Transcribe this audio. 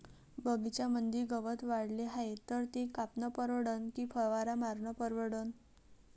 बगीच्यामंदी गवत वाढले हाये तर ते कापनं परवडन की फवारा मारनं परवडन?